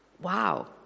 Wow